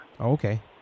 Okay